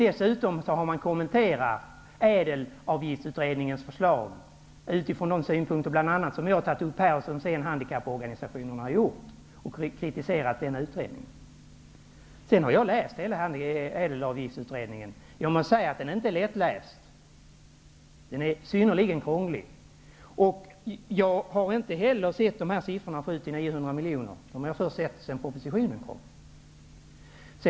Dessutom har man diskuterat ÄDEL-avgiftsutredningens förslag, bl.a. utifrån de synpunkter som jag har tagit upp här och som handikapporganisationerna har fört fram när de kritiserat denna utredning. Jag har också läst ÄDEL-avgiftsutredningen. Den är inte lättläst utan synnerligen krånglig. Jag har där inte heller sett siffrorna 700--900 miljoner, utan dem har jag sett först sedan propositionen framlades.